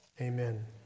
amen